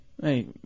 Hey